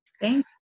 Thank